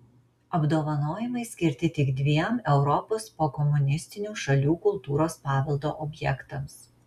apdovanojimai skirti tik dviem europos pokomunistinių šalių kultūros paveldo objektams